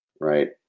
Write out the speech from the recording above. right